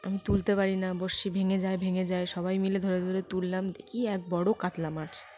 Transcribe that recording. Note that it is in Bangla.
আমি তুলতে পারি না বড়শি ভেঙে যায় ভেঙে যায় সবাই মিলে ধরে ধরে তুললাম দেখি এক বড় কাতলা মাছ